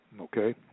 Okay